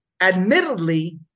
Admittedly